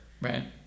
Right